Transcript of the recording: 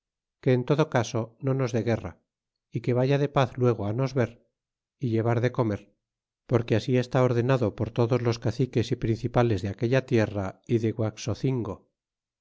que en todo caso no nos dé guerra y que vaya de paz luego nos ver y llevar de comer porque así está ordenado por todos los caciques principales de aquella tierra y de guaxocingo